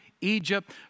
Egypt